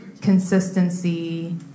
consistency